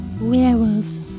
werewolves